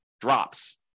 drops